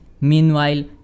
Meanwhile